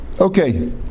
Okay